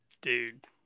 Dude